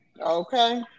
Okay